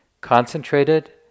Concentrated